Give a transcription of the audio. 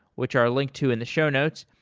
which are linked to in the show notes,